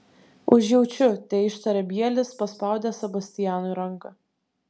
užjaučiu teištarė bielis paspaudęs sebastianui ranką